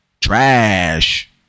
trash